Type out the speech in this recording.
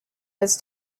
his